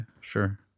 sure